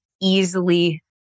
easily